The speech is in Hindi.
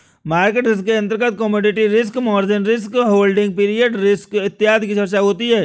मार्केट रिस्क के अंतर्गत commodity risk, margin risk, holding period risk इत्यादि की चर्चा होती है